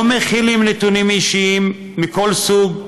לא מכילים נתונים אישיים מכל סוג,